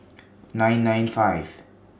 nine nine five